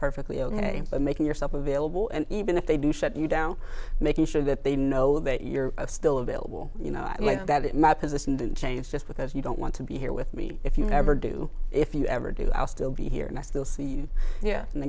perfectly ok but making yourself available and even if they do shut you down making sure that they know that you're still available you know i like that that my position didn't change just because you don't want to be here with me if you ever do if you ever do i'll still be here and i still see you yeah and